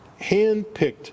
handpicked